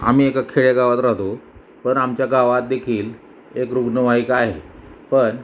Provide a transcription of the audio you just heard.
आम्ही एका खेडेगावात राहतो पण आमच्या गावात देखील एक रुग्णवाहिका आहे पण